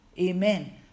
amen